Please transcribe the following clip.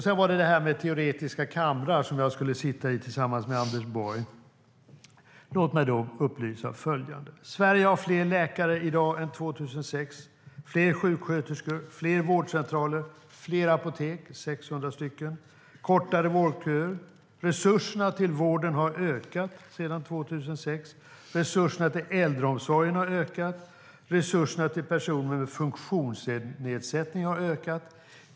Sedan var det detta med teoretiska kamrar som jag skulle sitta i tillsammans med Anders Borg. Låt mig då upplysa om följande: Sverige har i dag fler läkare, fler sjuksköterskor, fler vårdcentraler, fler apotek - 600 stycken - och kortare vårdköer än 2006. Resurserna till vården har ökat sedan 2006. Resurserna till äldreomsorgen har ökat. Resurserna till personer med funktionsnedsättning har ökat.